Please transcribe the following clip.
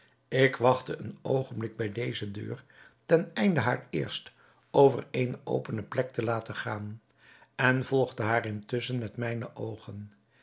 ik wachtte een oogenblik bij deze deur ten einde haar eerst over eene opene plek te laten gaan en volgde haar intusschen met mijne oogen